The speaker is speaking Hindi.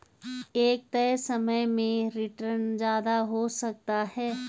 एक तय समय में रीटर्न ज्यादा हो सकता है